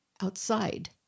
outside